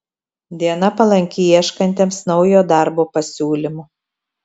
diena palanki ieškantiems naujo darbo pasiūlymų